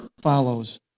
follows